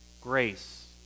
grace